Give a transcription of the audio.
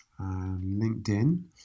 LinkedIn